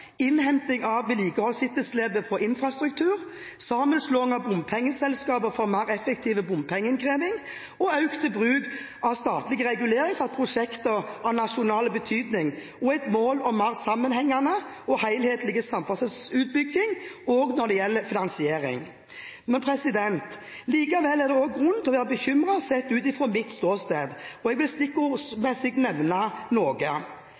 innhenting av vedlikeholdsetterslepet på infrastruktur, sammenslåing av bompengeselskaper for mer effektiv bompengeinnkreving, økt bruk av statlig regulering for prosjekter av nasjonal betydning og et mål om mer sammenhengende og helhetlig samferdselsutbygging, også når det gjelder finansiering. Likevel er det også grunn til å være bekymret sett ut fra mitt ståsted. Jeg vil